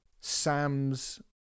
sam's